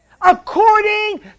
According